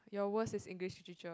your worst is English teacher